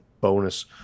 bonus